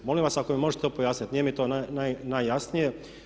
Molim vas ako mi možete to pojasniti, nije mi to najjasnije.